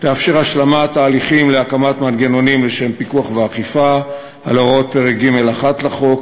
השלמת ההליכים להקמת מנגנונים לשם פיקוח ואכיפה על הוראות פרק ג'1 לחוק,